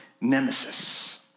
nemesis